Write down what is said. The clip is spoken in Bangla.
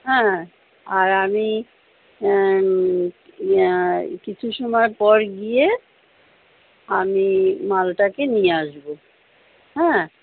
হ্যাঁ আর আমি কিছু সময় পর গিয়ে আমি মালটাকে নিয়ে আসবো হ্যাঁ